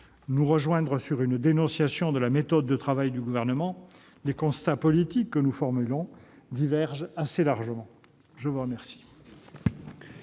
vous rejoindre pour dénoncer la méthode de travail du Gouvernement, les constats politiques que nous formulons divergent assez largement. La parole